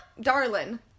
Darlin